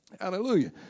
Hallelujah